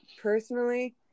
personally